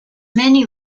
many